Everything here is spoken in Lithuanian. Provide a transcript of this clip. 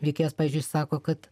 veikėjas pavyzdžiui sako kad